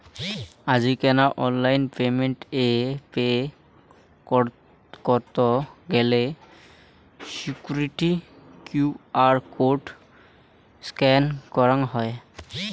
আজিকেনা online payment এ pay করত গেলে সিকুইরিটি কিউ.আর কোড স্ক্যান করঙ হই